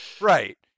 right